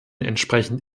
entsprechend